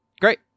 Great